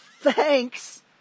thanks